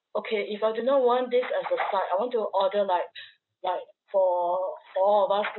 okay if I were to know one dish as a side I want to order like like for for all of us